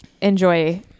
enjoy